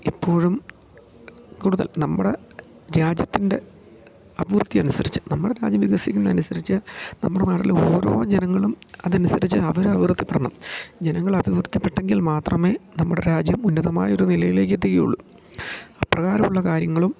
എപ്പോഴും കൂടുതൽ നമ്മടെ രാജ്യത്തിൻ്റെ അഭിവൃദ്ധി അനുസരിച്ചു നമ്മുടെ രാജ്യം വികസിക്കുന്നതിന് അനുസ്സരിച്ചു നമ്മുടെ നാട്ടിൽ ഓരോ ജനങ്ങളും അത് അനുസരിച്ചു അവർ അഭിവൃദ്ധി പ്പെടണം ജനങ്ങൾ അഭിവൃദ്ധിപ്പെട്ടെങ്കിൽ മാത്രമേ നമ്മുടെ രാജ്യം ഉന്നതമായ ഒരു നിലയിലേക്ക് എത്തുകയുള്ളു അപ്രകാരുള്ള കാര്യങ്ങളും